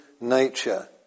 nature